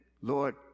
Lord